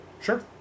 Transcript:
Sure